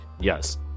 Yes